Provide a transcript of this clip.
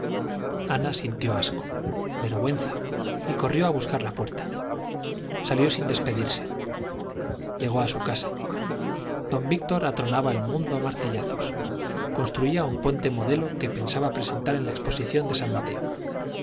ana sintió asco vergüenza y corrió a buscar la puerta salió sin despedirse llegó a su casa don víctor atronaba el mundo a martillazos construía un puente modelo que pensaba presentar en la exposición de san mateo